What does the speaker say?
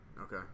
Okay